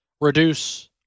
reduce